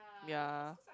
ya